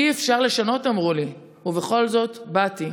אי-אפשר לשנות, אמרו לי, ובכל זאת באתי.